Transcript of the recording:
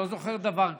אני לא זוכר דבר כזה,